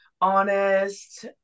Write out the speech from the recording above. honest